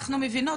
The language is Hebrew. אנחנו מבינות,